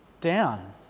down